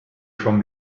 from